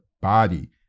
body